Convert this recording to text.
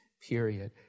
Period